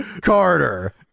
Carter